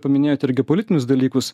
paminėjot irgi politinius dalykus